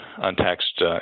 untaxed